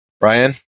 ryan